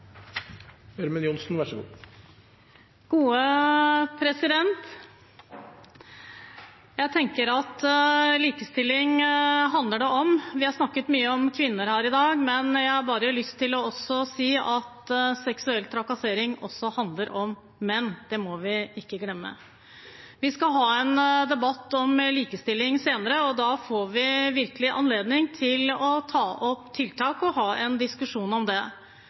Jeg tenker at likestilling handler da om menn – vi har snakket mye om kvinner her i dag, men jeg har bare lyst til å si at seksuell trakassering også handler om menn. Det må vi ikke glemme. Vi skal ha en debatt om likestilling senere, og da får vi virkelig anledning til å ta opp tiltak og ha en diskusjon om det.